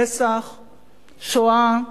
פסח, שואה,